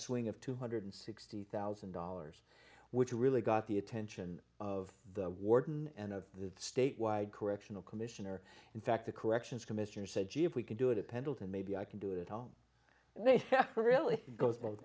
swing of two hundred and sixty thousand dollars which really got the attention of the warden and of the state wide correctional commissioner in fact the corrections commissioner said gee if we can do it at pendleton maybe i can do it at home and they really goes both